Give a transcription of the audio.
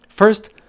First